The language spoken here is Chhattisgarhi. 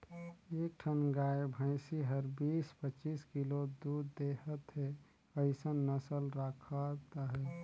एक ठन गाय भइसी हर बीस, पचीस किलो दूद देहत हे अइसन नसल राखत अहे